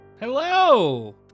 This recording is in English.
Hello